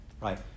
Right